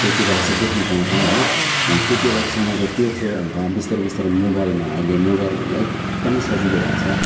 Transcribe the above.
त्यति बेला चाहिँ देख्नु पाउँथ्यौँ होइन अनि त्यति बेलाको समयको त्यो थियो अन्त बिस्तारी बिस्तारी मोबाइलमा अहिले मोबाइल एकदमै सजिलो भएको छ